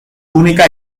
única